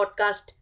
podcast